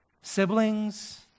siblings